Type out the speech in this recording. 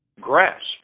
grasp